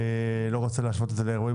אני לא רוצה להשוות את זה לאירועים